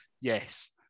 Yes